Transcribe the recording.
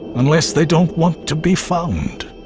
unless they don't want to be found.